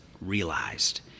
realized